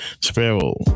sparrow